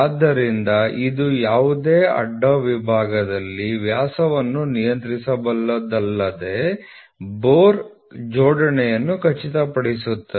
ಆದ್ದರಿಂದ ಇದು ಯಾವುದೇ ಅಡ್ಡ ವಿಭಾಗದಲ್ಲಿ ವ್ಯಾಸವನ್ನು ನಿಯಂತ್ರಿಸುವುದಲ್ಲದೆ ಬೋರ್ ಜೋಡಣೆಯನ್ನು ಖಚಿತಪಡಿಸುತ್ತದೆ